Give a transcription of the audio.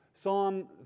Psalm